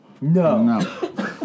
No